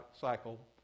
cycle